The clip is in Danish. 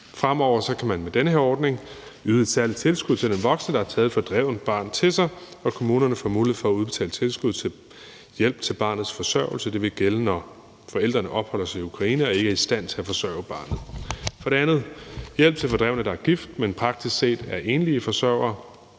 Fremover kan man med den her ordning yde et særligt tilskud til den voksne, som har taget et fordrevet barn til sig, og kommunerne får mulighed for at udbetale tilskud til hjælp til barnets forsørgelse. Det vil gælde, når forældrene opholder sig i Ukraine og ikke er i stand til at forsørge barnet. For det andet er der hjælp til fordrevne, der er gift, men praktisk set er enlige forsørgere.